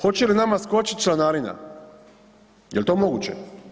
Hoće li nama skočit članarina, jel to moguće?